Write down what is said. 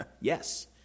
yes